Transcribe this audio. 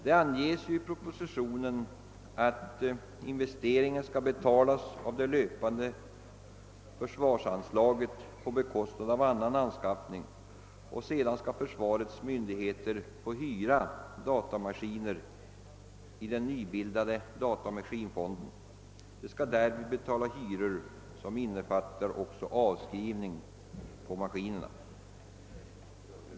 Det anges i propositionen att investeringen skall betalas av det löpande försvarsanslaget på bekostnad av annan anskaffning, och sedan skall försvarets myndigheter hyra datamaskiner i den nybildade datamaskinfonden. De skall därvid betala hyror som innefattar också avskrivning på maskinerna.